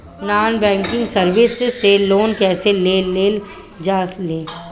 Non banking service से loan कैसे लेल जा ले?